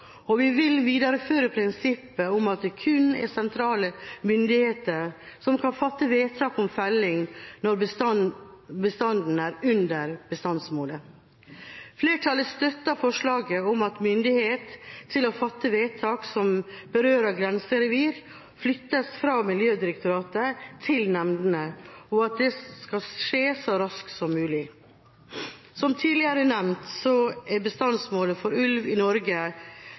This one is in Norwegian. og vi vil videreføre prinsippet om at det kun er sentrale myndigheter som kan fatte vedtak om felling når bestanden er under bestandsmålet. Flertallet støtter forslaget om at myndighet til å fatte vedtak som berører grenserevir, flyttes fra Miljødirektoratet til nemndene, og at det skal skje så raskt som mulig. Som tidligere nevnt, skal bestandsmålet for ulv i Norge